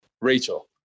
Rachel